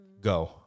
Go